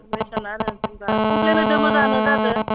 बेफोरबायसाना आरो जेनोबा कमप्लेन होदो मोजाङानो जादो